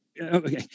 Okay